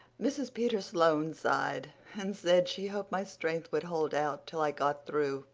mrs. peter sloane sighed and said she hoped my strength would hold out till i got through